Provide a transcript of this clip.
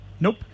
Nope